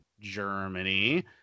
germany